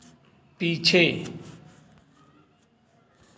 पीछे